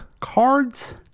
Cards